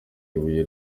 ibuye